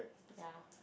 ya